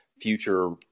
future